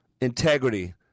integrity